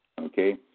Okay